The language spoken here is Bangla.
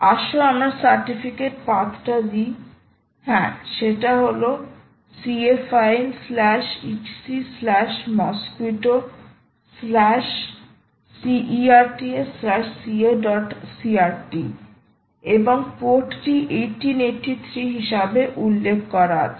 আসো আমরা সার্টিফিকেট পাথটি দি হ্যাঁ সেটা হল cafileetcmosquittocertscacrt এবং পোর্ট টি 1883 হিসেবে উল্লেখ করা আছে